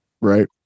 Right